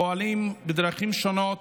פועלים בדרכים שונות,